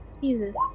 Jesus